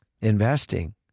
investing